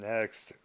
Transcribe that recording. Next